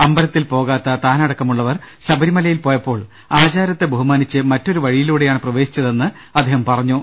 അമ്പ ലത്തിൽ പോകാത്ത താനടക്കമുള്ളവർ ശബരിമലയിൽ പോയ പ്പോൾ ആചാരത്തെ ബഹുമാനിച്ച് മറ്റൊരു വഴിയിലൂടെയാണ് പ്രവേ ശിച്ചതെന്ന് അദ്ദേഹം പറഞ്ഞു